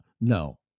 no